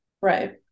Right